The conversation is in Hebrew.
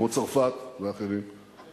כמו צרפת ואחרות.